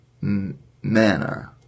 manner